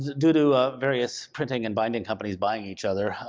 due to ah various printing and binding companies buying each other,